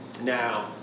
Now